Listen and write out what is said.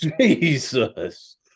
Jesus